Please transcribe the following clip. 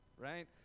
Right